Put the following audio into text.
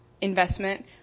investment